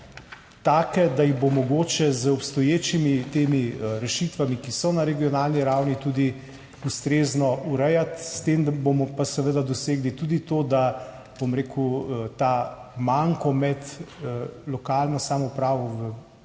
da jih bo mogoče z obstoječimi rešitvami, ki so na regionalni ravni, tudi ustrezno urejati. S tem, da bomo pa seveda dosegli tudi to, da ta manko med lokalno samoupravo,